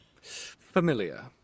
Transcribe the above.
familiar